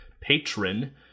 patron